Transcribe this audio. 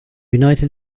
united